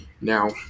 Now